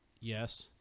Yes